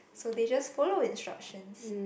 so they just follow instruction